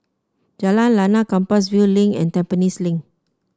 Jalan Lana Compassvale Link and Tampines Link